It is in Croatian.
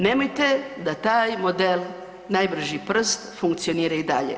Nemojte da taj model najbrži prst funkcionira i dalje.